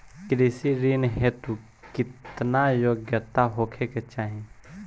कृषि ऋण हेतू केतना योग्यता होखे के चाहीं?